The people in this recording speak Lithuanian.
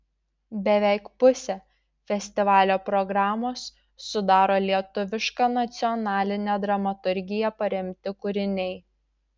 beveik pusę festivalio programos sudaro lietuviška nacionaline dramaturgija paremti kūriniai